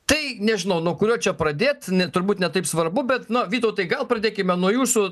tai nežinau nuo kurio čia pradėt turbūt ne taip svarbu bet nu vytautai gal pradėkime nuo jūsų